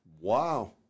Wow